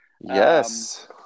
yes